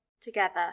together